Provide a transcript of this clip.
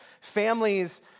Families